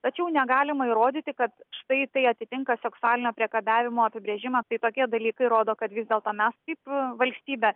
tačiau negalima įrodyti kad štai tai atitinka seksualinio priekabiavimo apibrėžimą tai tokie dalykai rodo kad vis dėlto mes kaip valstybė